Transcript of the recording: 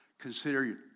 Consider